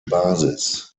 basis